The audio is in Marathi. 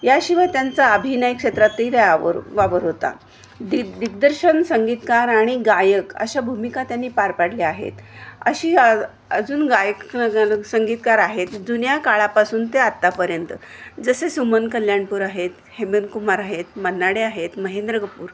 याशिवाय त्यांचा अभिनय क्षेत्रातही व्यावर वावर होता दिग दिग्दर्शन संगीतकार आणि गायक अशा भूमिका त्यांनी पार पाडल्या आहेत अशी अजून गायक संगीतकार आहेत जुन्या काळापासून ते आत्तापर्यंत जसे सुमन कल्याणपूर आहेत हेमंतकुमार आहेत मन्ना डे आहेत महेंद्र कपूर